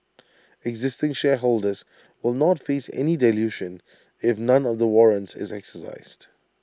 existing shareholders will not face any dilution if none of the warrants is exercised